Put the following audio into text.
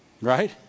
Right